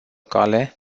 cale